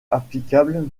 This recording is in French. applicable